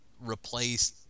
replace